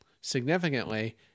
significantly